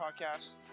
podcast